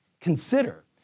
Consider